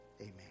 Amen